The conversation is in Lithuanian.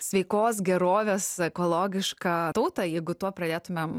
sveikos gerovės ekologišką tautą jeigu tuo pradėtumėm